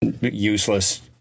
useless